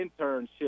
internship